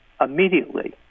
immediately